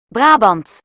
Brabant